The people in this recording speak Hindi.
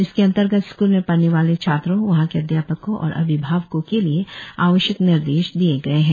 इसके अंतर्गत स्कूल में पढ़ने वाले छात्रों वहां के अध्यापकों और अभिभावकों के लिए आवश्यक निर्देश दिए गए है